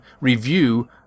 review